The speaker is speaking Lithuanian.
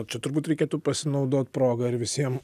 čia turbūt reikėtų pasinaudot proga ir visiem